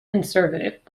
conservative